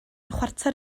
chwarter